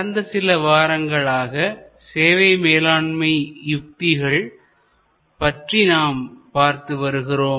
கடந்த சில வாரங்களாக சேவை மேலாண்மை யுத்திகள் பற்றி நாம் பார்த்து வருகிறோம்